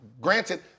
Granted